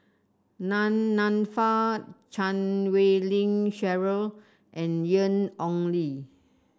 Nan Nanfa Chan Wei Ling Cheryl and Ian Ong Li